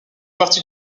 partie